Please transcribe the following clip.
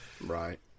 Right